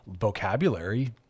vocabulary